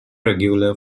regular